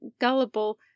gullible